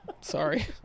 Sorry